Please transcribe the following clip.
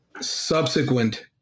subsequent